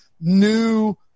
new